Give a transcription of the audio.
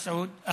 יא מסעוד,